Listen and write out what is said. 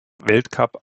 weltcup